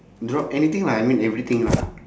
drop anything lah I mean everything lah